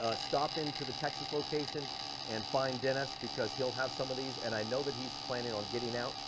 ah stop into the texas location and find dennis because he'll have some of these and i know that he's planning on getting out.